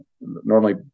normally